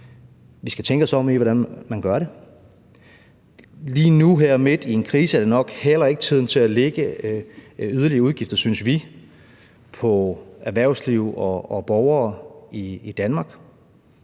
vi skal tænke os om, med hensyn til hvordan man gør det. Lige nu her midt i en krise er det nok heller ikke tiden til at lægge yderligere udgifter, synes vi, på erhvervslivet og borgerne i Danmark.